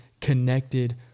connected